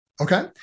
Okay